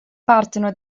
partono